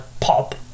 pop